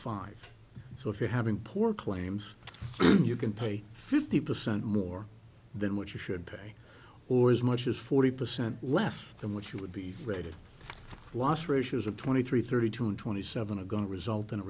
five so if you're having poor claims you can pay fifty percent more than what you should pay or as much as forty percent less than what you would be rated wash ratios of twenty three thirty two and twenty seven a going to result in a